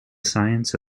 science